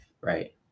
right